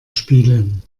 spielen